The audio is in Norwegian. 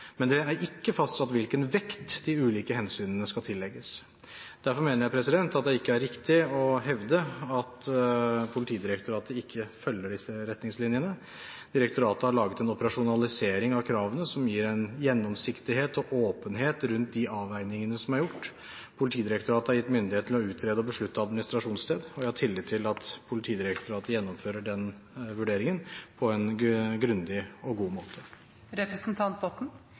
men det er ikke fastsatt hvilken vekt de ulike hensynene skal tillegges. Derfor mener jeg at det ikke er riktig å hevde at Politidirektoratet ikke følger disse retningslinjene. Direktoratet har laget en operasjonalisering av kravene, som gir en gjennomsiktighet og åpenhet rundt de avveiningene som er gjort. Politidirektoratet er gitt myndighet til å utrede og beslutte administrasjonssted, og jeg har tillit til at Politidirektoratet gjennomfører den vurderingen på en grundig og god